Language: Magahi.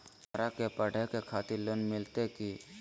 हमरा के पढ़े के खातिर लोन मिलते की?